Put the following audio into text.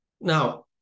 Now